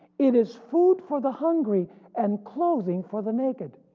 it is food for the hungry and clothing for the naked.